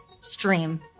stream